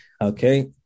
okay